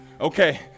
Okay